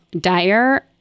dire